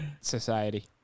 society